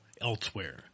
elsewhere